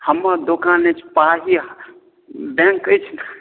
हमर दोकान अछि पाही बैंक अछि ने